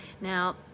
Now